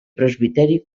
presbiteri